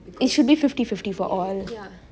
it should be fifty fifty for all